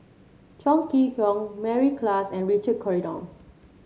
Chong Kee Hiong Mary Klass and Richard Corridon